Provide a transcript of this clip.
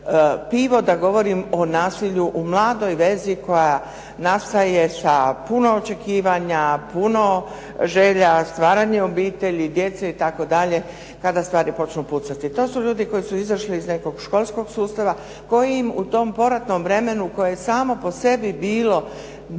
da govorim o nasilju u mladoj vezi koja nastaje sa puno očekivanja, puno želja, stvaranje obitelji, djece itd., tada stvari počnu pucati. To su ljudi koji su izašli iz nekog školskog sustava, koji im u tom poratnom vremenu koje je samo po sebi bilo